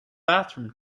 bathroom